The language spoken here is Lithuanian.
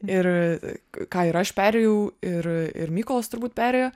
ir ką ir aš perėjau ir ir mykolas turbūt perėjo